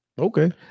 Okay